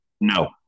No